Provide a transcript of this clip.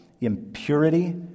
impurity